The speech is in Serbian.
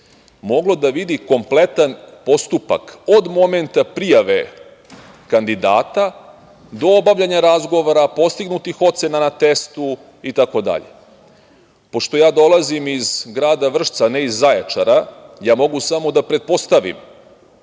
moglo da vidi kompletan postupak, od momenta prijave kandidata, do obavljanja razgovora, postignutih ocena na testu, itd. Pošto ja dolazim iz grada Vršca, a ne iz Zaječara, ja mogu samo da pretpostavim